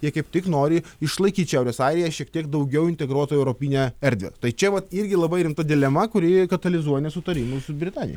jie kaip tik nori išlaikyt šiaurės airiją šiek tiek daugiau integruotoj europinę erdvę tai čia vat irgi labai rimta dilema kuri katalizuoja nesutarimus su britanija